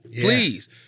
please